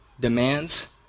demands